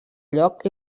lloc